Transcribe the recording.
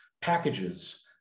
packages